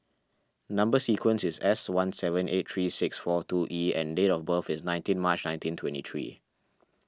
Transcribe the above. Number Sequence is S one seven eight three six four two E and date of birth is nineteen March nineteen twenty three